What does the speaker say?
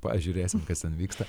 pažiūrėsim kas ten vyksta